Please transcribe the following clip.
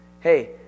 Hey